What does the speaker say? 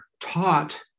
taught